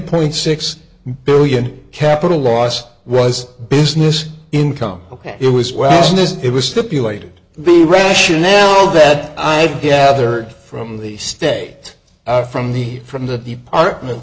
point six billion capital loss was business income ok it was well it was stipulated the rationale that i gathered from the state from the from the department